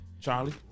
Charlie